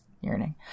Yearning